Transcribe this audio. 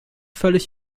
völlig